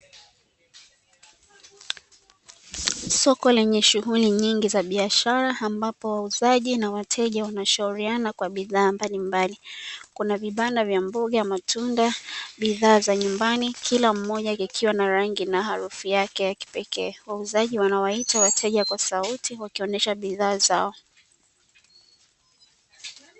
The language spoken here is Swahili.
Soko lenye shughuli nyingi za biashara ambapo wauzaji na wateja wanashauriana kwa bidhaa mbalimbali. Kuna vibanda vya mboga, matunda, bidhaa za nyumbani; kila moja kikwa na rangi na harufu yake ya kipekee. Wauzaji wanawaita wateja kwa sauti wakionyesha bidhaa zao.